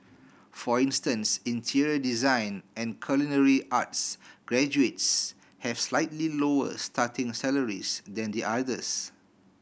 for instance interior design and culinary arts graduates have slightly lower starting salaries than the others